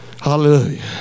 hallelujah